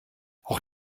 auch